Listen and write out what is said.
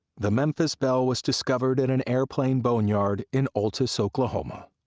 the memphis belle was discovered in an airplane boneyard in altus, oklahoma.